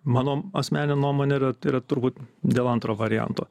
mano asmeninė nuomonė yra turbūt dėl antro varianto